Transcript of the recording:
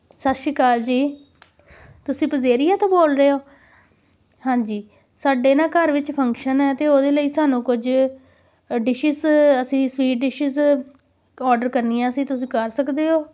ਸਤਿ ਸ਼੍ਰੀ ਅਕਾਲ ਜੀ ਤੁਸੀਂ ਪਜੇਰੀਆ ਤੋਂ ਬੋਲ ਰਹੇ ਹੋ ਹਾਂਜੀ ਸਾਡੇ ਨਾ ਘਰ ਵਿੱਚ ਫੰਕਸ਼ਨ ਹੈ ਅਤੇ ਉਹਦੇ ਲਈ ਸਾਨੂੰ ਕੁਝ ਡਿਸ਼ਿਸ਼ ਅਸੀਂ ਸਵੀਟ ਡਿਸ਼ਿਜ਼ ਔਡਰ ਕਰਨੀਆਂ ਸੀ ਤੁਸੀਂ ਕਰ ਸਕਦੇ ਹੋ